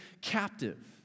captive